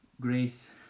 grace